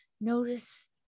Notice